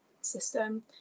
system